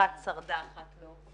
אחת שרדה ואחת לא.